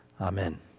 Amen